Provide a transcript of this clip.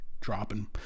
dropping